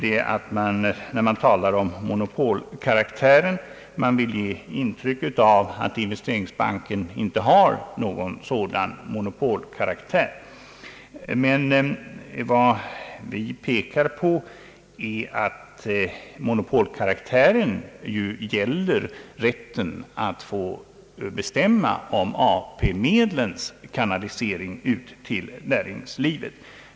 Utskottsmajoriteten vill ge intryck av att Investeringsbanken inte har någon monopolkaraktär. Vad vi pekar på är att monopolkaraktären gäller rätten att få bestämma om AP-medlens kanalisering ut till näringslivet.